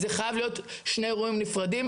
זה חייב להיות שני אירועים נפרדים.